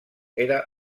era